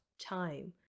time